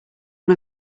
one